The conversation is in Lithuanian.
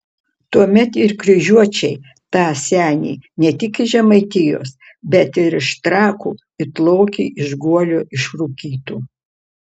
tuomet ir kryžiuočiai tą senį ne tik iš žemaitijos bet ir iš trakų it lokį iš guolio išrūkytų